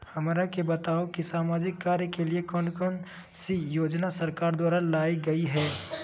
हमरा के बताओ कि सामाजिक कार्य के लिए कौन कौन सी योजना सरकार द्वारा लाई गई है?